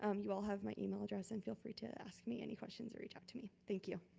um you all have my email address and feel free to ask me any questions or reach out to me. thank you.